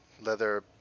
leather